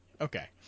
okay